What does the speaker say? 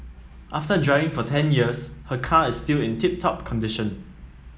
after driving for ten years her car is still in tip top condition